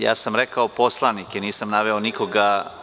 Ja sam rekao poslanike nisam naveo nikoga.